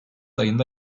ayında